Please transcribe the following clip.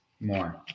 More